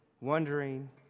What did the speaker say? wondering